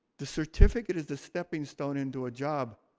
the certificate is the stepping stone into a job,